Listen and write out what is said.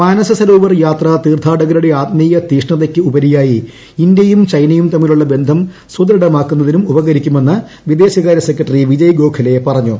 മാനസരോവർ യാത്ര തീർത്ഥാടകരുടെ ആത്മീയ തീക്ഷണതയ്ക്ക് ഉപരിയായി ഇന്ത്യയും ചൈനയും തമ്മിലുള്ള ബന്ധം സുദൃഡമാക്കുന്നതിനും ഉപകരിക്കുമെന്ന് വിദേശകാര്യ സെക്രട്ടറി വിജയ് ഗോഖലെ പറഞ്ഞു